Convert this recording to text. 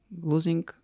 losing